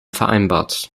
vereinbart